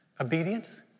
obedience